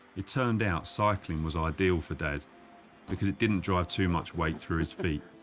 it turned out cycling was ideal for dad because it didn't drive too much weight through his feet.